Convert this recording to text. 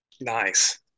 Nice